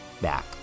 back